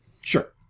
Sure